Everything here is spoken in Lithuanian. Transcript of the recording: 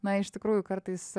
na iš tikrųjų kartais